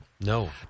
No